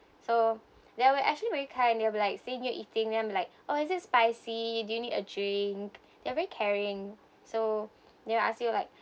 so they were actually very kind you know be like seeing you eating they'll be like oh is it spicy do you need a drink they're very caring so they'll ask you like